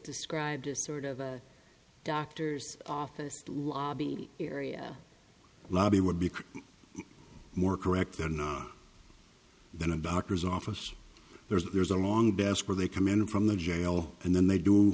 described as sort of a doctor's office lobby area lobby would be more correct than ours than a doctor's office there's a long desk where they come in from the jail and then they do